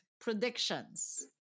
predictions